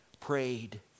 prayed